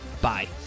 Bye